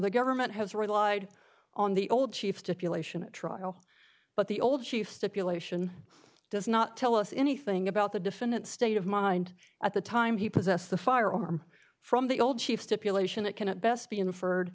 the government has relied on the old chief stipulation a trial but the old chief stipulation does not tell us anything about the defendant state of mind at the time he possessed the firearm from the old chief stipulation it can at best be in